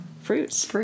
Fruits